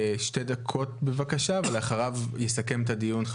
שתי דקות בבקשה ולאחריו יסכם את הדיון,